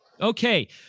Okay